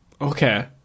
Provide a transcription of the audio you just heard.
Okay